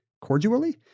cordially